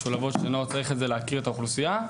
שנוער צריך את זה להכיר את האוכלוסייה,